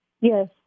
Yes